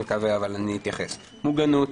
מוגנות